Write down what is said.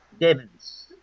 Demons